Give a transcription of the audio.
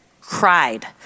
cried